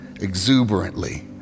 exuberantly